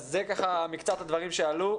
אלה מקצת הדברים שעלו.